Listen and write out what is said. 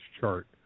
chart